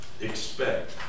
expect